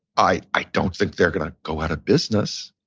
i i don't think they're gonna go outta business,